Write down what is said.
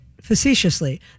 facetiously